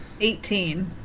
Eighteen